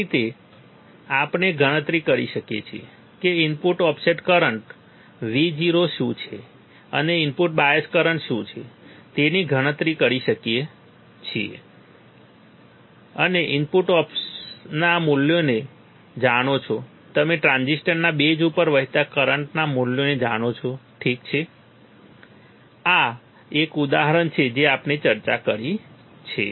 આ રીતે આપણે ગણતરી કરી શકીએ છીએ કે ઇનપુટ ઓફસેટ કરંટ Vo શું છે અને ઇનપુટ બાયસ કરંટ શું છે તેની ગણતરી કરી શકો છો તમે ઇનપુટ ઓફના મૂલ્યોને જાણો છો તમે ટ્રાન્ઝિસ્ટરના બેઝ ઉપર વહેતા કરંટના મૂલ્યોને જાણો છો ઠીક છે આ એક ઉદાહરણ છે જેની આપણે ચર્ચા કરી છે